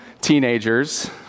teenagers